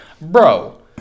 Bro